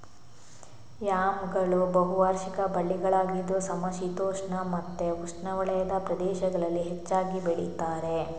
ಯಾಮ್ಗಳು ಬಹು ವಾರ್ಷಿಕ ಬಳ್ಳಿಗಳಾಗಿದ್ದು ಸಮಶೀತೋಷ್ಣ ಮತ್ತೆ ಉಷ್ಣವಲಯದ ಪ್ರದೇಶಗಳಲ್ಲಿ ಹೆಚ್ಚಾಗಿ ಬೆಳೀತಾರೆ